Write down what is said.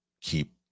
keep